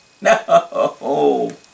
No